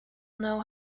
know